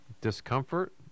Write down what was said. discomfort